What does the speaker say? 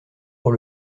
pour